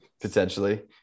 Potentially